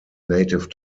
native